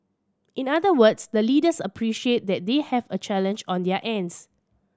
in other words the leaders appreciate that they have a challenge on their ends